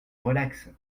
relaxe